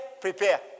prepare